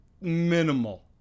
minimal